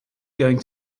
going